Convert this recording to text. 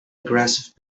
aggressive